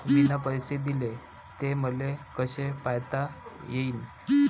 मिन पैसे देले, ते मले कसे पायता येईन?